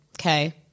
Okay